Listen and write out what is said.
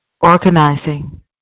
organizing